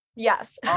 Yes